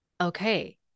Okay